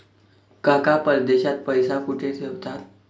काका परदेशात पैसा कुठे ठेवतात?